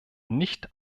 nicht